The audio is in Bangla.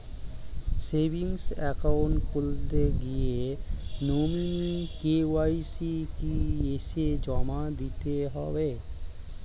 সেভিংস একাউন্ট খুলতে গিয়ে নমিনি কে.ওয়াই.সি কি এসে জমা দিতে হবে?